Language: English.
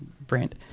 brand